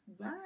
Bye